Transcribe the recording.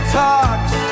talks